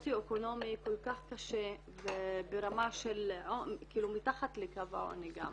סוציו אקונומי כל כך קשה וברמה של מתחת לקו העוני גם.